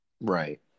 right